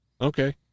Okay